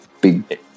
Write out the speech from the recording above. big